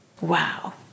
Wow